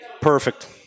Perfect